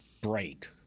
break